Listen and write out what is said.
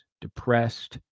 depressed